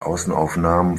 außenaufnahmen